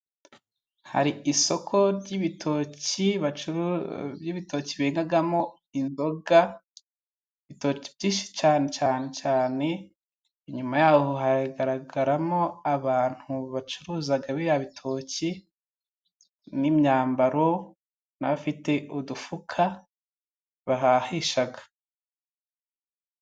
Hari isoko ry'ibitoki bengamo inzoga, ibitoki byinshi cyane cyane, inyuma yaho hagaragaramo abantu bacuruza biriya bitoki n'imyambaro, n'abafite udufuka bahahisha.